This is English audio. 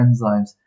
enzymes